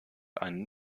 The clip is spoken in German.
einen